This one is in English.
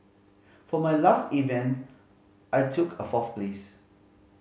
for my last event I took a fourth place